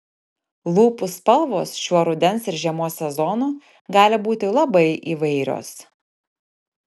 lūpų spalvos šiuo rudens ir žiemos sezonu gali būti labai įvairios